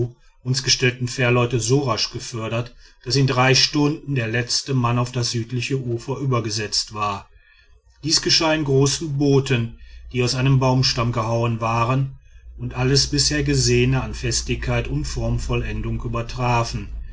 uns gestellten fährleute so rasch gefördert daß in drei stunden der letzte mann auf das südliche ufer übergesetzt war dies geschah in großen booten die aus einem baumstamm gehauen waren und alles bisher gesehene an festigkeit und formvollendung übertrafen